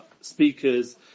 speakers